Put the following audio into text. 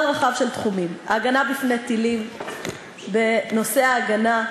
רחב של תחומים: ההגנה מפני טילים; בנושא ההגנה,